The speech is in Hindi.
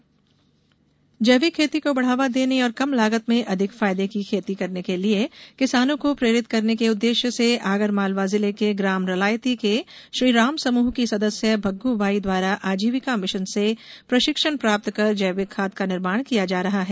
आजीविका मिशन जैविक खाद जैविक खेती को बढ़ावा देने और कम लागत में अधिक फायदे की खेती करने के लिये किसानों को प्रेरित करने के उद्देश्य से आगरमालवा जिले के ग्राम रलायती के श्रीराम समूह की सदस्य भग्गूबाई द्वारा आजीविका मिशन से प्रशिक्षण प्राप्त कर जैविक खाद का निर्माण किया जा रहा है